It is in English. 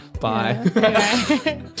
Bye